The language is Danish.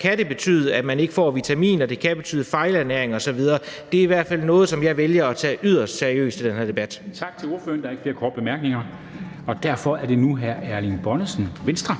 kan betyde, at man ikke får vitaminer, og at det kan betyde fejlernæring osv. Det er i hvert fald noget, som jeg vælger at tage yderst seriøst i den her debat. Kl. 10:30 Formanden (Henrik Dam Kristensen): Tak til ordføreren. Der er ikke flere korte bemærkninger. Og derfor er det nu hr. Erling Bonnesen, Venstre.